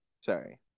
Sorry